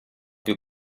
più